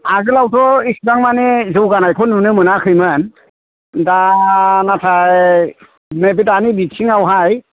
आगोलावथ इसिबां मानि जौगानायखौ नुनो मोनाखैमोन दा नाथाय नैबे दानि बिथिङावहाय